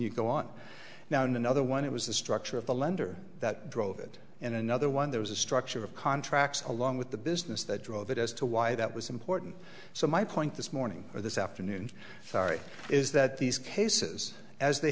you go on now in another one it was the structure of the lender that drove it and another one there was a structure of contracts along with the business that drove it as to why that was important so my point this morning or this afternoon sorry is that these cases as they